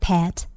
Pet